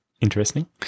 interesting